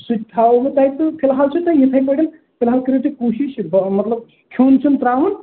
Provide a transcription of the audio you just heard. سُہ تہِ تھاوَو بہٕ تۄہہِ تہٕ فِلحال چھُو تۄہہِ یِتھٕے پٲٹھٮ۪ن فِلحال کٔرِو تُہۍ کوٗشِش مطلب کھیٚون چھُنہٕ ترٛاوُن